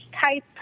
type